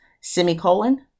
semicolon